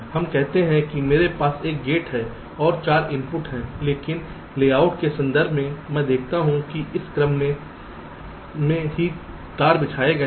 हम कहते हैं कि मेरे पास एक गेट है और 4 इनपुट हैं लेकिन लेआउट के संदर्भ में मैं देखता हूं कि इस क्रम में ही तार बिछाए गए हैं